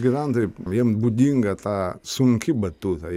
gyventojai jiem būdinga ta sunki batuta